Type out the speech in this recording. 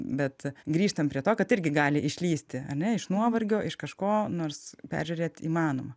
bet grįžtam prie to kad irgi gali išlįsti ane iš nuovargio iš kažko nors peržiūrėt įmanoma